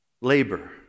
labor